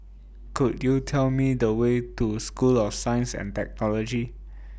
Could YOU Tell Me The Way to School of Science and Technology